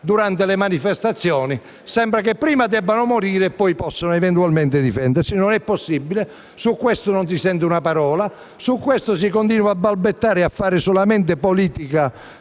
durante le manifestazioni e sembra che prima debbano morire e poi possano eventualmente difendersi. Non è possibile: su questo non si sente una parola, si continua a balbettare e a fare solamente politica,